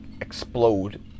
explode